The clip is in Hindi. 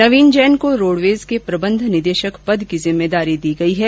नवीन जैन को रोडवेज के प्रबन्ध निदेशक पद की जिम्मेदारी दी गई है